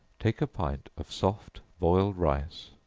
take a pint of soft boiled rice,